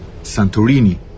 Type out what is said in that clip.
Santorini